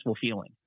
feeling